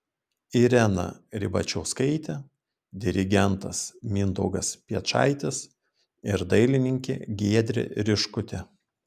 irena ribačiauskaitė dirigentas mindaugas piečaitis ir dailininkė giedrė riškutė